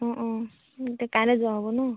অঁ অঁ এতিয়া কাইলৈ যোৱা হ'ব নহ্